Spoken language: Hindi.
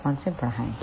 तापमान से बढ़ाएं